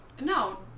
No